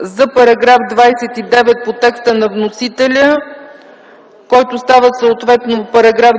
за § 29 по текста на вносителя, който става съответно §